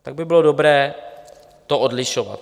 Tak by bylo dobré to odlišovat.